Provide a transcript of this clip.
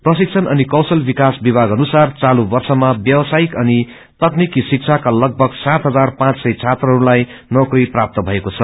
प्रशिक्षण अनि कोशल विकास विभाग अनुसार चालू वर्षमा व्यासायिक अनि तकनीकि शिक्षाका लगमग सात हजार पाँच सय छात्रहरूलाई नौकरी प्राप्त भएको छ